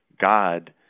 God